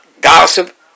gossip